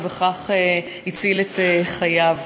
ובכך הציל את חייו.